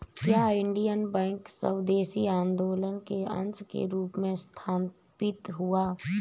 क्या Indian Bank स्वदेशी आंदोलन के अंश के रूप में स्थापित हुआ?